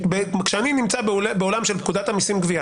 כשאני נמצא בעולם של פקודת המיסים (גבייה),